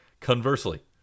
Conversely